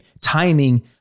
timing